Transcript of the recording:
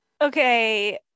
Okay